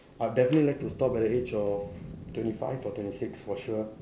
I'll definitely like to stop at the age of twenty five or twenty six for sure